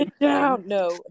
No